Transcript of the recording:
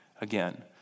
again